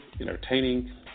entertaining